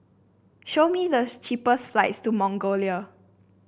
show me the cheapest flights to Mongolia